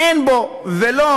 אין בו ולו